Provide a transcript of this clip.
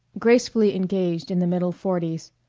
gracefully engaged in the middle forties,